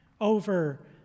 over